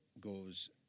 goes